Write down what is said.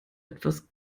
etwas